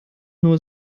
nur